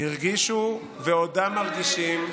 הרגישו ועודם מרגישים